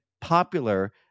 popular